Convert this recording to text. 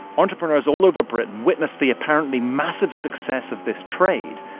entrepreneurs all over britain witnessed the apparently massive success of this trade.